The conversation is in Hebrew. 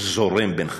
זורם בין חלקיה,